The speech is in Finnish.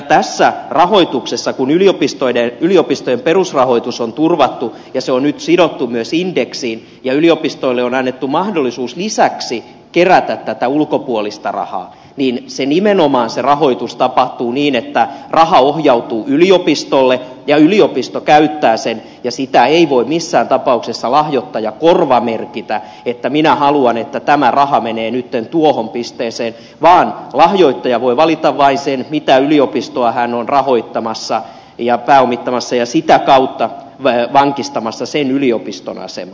tässä se rahoitus kun yliopistojen perusrahoitus on turvattu ja se on nyt sidottu myös indeksiin ja yliopistoille on annettu mahdollisuus lisäksi kerätä ulkopuolista rahaa nimenomaan tapahtuu niin että raha ohjautuu yliopistolle ja yliopisto käyttää sen ja sitä ei voi missään tapauksessa lahjoittaja korvamerkitä että minä haluan että tämä raha menee nyt tuohon pisteeseen vaan lahjoittaja voi valita vain sen mitä yliopistoa hän on rahoittamassa ja pääomittamassa ja sitä kautta vankistamassa sen yliopiston asemaa